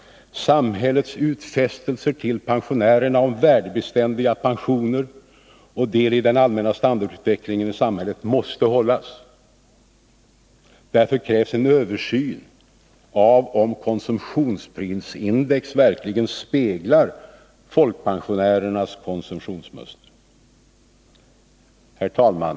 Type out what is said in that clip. Samhällets utfästelser till pensionärerna om värdebeständiga pensioner och del i den allmänna standardutvecklingen i samhället måste hållas. Därför krävs en översyn av om konsumtionsprisindex verkligen speglar folkpensionärernas konsumtionsmönster.” i; Herr talman!